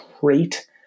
great